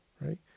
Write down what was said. right